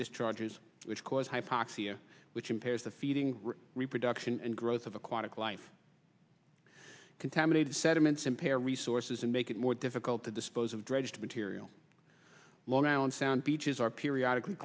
discharges which cause hypoxia which impairs the feeding reproduction and growth of aquatic life contaminated sediments impair resources and make it more difficult to dispose of dredged material long island sound beaches are periodically